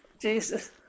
Jesus